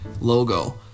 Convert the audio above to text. logo